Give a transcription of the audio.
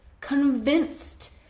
convinced